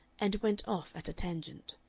and went off at a tangent.